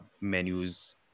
menus